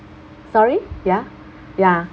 sorry ya ya